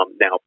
now